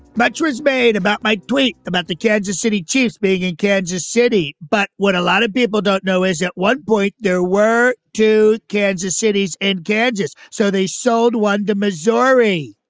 much was made about mike dweik, about the kansas city chiefs, big and kansas city. but what a lot of people don't know is at what point there were two kansas city's ed gadget's. so they showed what, the missouri.